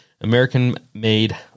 American-made